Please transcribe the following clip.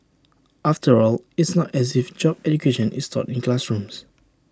after all it's not as if job education is taught in classrooms